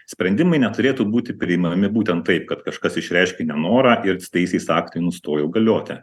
sprendimai neturėtų būti priimami būtent taip kad kažkas išreiškė nenorą ir teisės aktai nustojo galioti